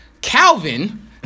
Calvin